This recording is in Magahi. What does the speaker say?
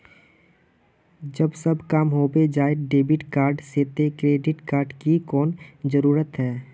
जब सब काम होबे जाय है डेबिट कार्ड से तो क्रेडिट कार्ड की कोन जरूरत है?